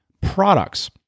products